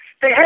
hey